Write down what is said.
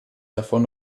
davon